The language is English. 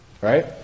right